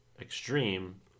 extreme